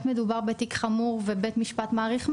מדובר בתיק חמור ובית משפט מאריך מעצר,